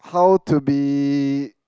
how to be